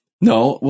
No